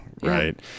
right